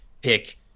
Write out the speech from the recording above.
pick